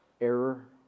error